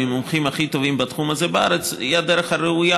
המומחים הכי טובים בתחום הזה בארץ היא הדרך הראויה,